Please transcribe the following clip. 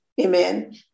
amen